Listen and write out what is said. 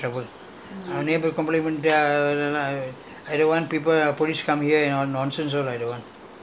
and now we under the corona this thing I don't want to have any trouble அவன போய்:avanae poi complaint பண்ணிட்டு ஆ~:pannittu aa~